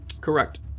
Correct